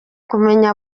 kumenya